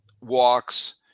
walks